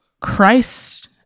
Christ